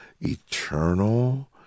eternal